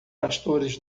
pastores